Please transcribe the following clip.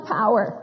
power